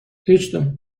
هیچدوم